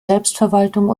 selbstverwaltung